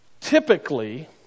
typically